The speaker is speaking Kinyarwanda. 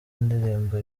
indirimbo